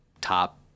top